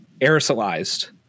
aerosolized